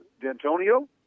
D'Antonio